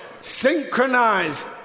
synchronize